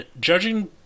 judging